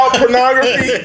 pornography